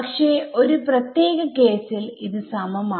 പക്ഷെ ഒരു പ്രത്യേക കേസിൽ ഇത് സമം ആവും